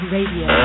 Radio